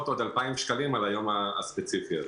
עוד 2,000 שקלים על היום הספציפי הזה.